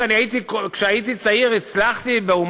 שכשהייתי צעיר הצלחתי בו,